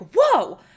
whoa